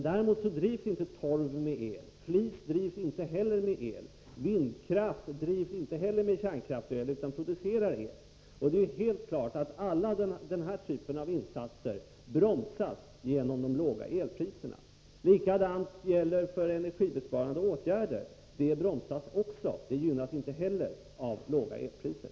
Däremot drivs inte torv med el. Flis drivs inte med el. Vindkraft drivs inte heller med kärnkraftsel utan producerar el. Det är helt klart att alla insatser av den typen bromsas genom de låga elpriserna. Likadant är det i fråga om energisparande åtgärder. De bromsas också. De gynnas inte heller av låga elpriser.